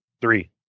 three